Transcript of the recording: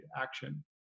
action